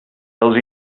els